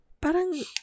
Parang